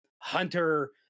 hunter